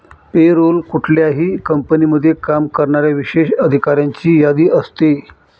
पे role कुठल्याही कंपनीमध्ये काम करणाऱ्या विशेष अधिकाऱ्यांची यादी असते